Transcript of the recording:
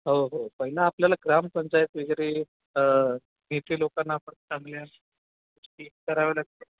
हो हो पहिलं आपल्याला ग्रामपंचायत वगैरे तेथील लोकांना आपण चांगल्या गोष्टी करावं लागतील